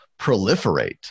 proliferate